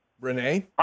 Renee